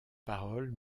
paroles